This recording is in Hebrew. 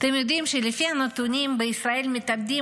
אתם יודעים שלפי הנתונים בישראל מתאבדים